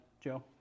Joe